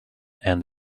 and